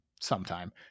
sometime